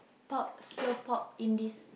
pop slow pop Indies